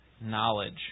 knowledge